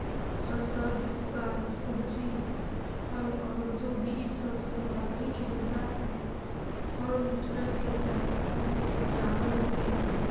फसल, साग सब्जी, फल औउर दूध इ सब सामग्रि के बाजार तक फार्म ट्रक के सहायता से पचावल हई